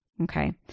Okay